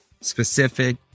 specific